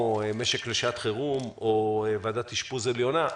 משק לשעת חירום או ועדת אשפוז עליונה,